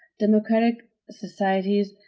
democratic societies,